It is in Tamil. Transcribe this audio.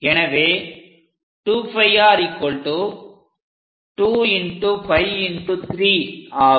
எனவே 2πr 2 x π x 3 ஆகும்